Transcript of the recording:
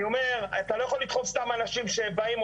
אני אומר אתה לא יכול לדחוף סתם אנשים שבאים,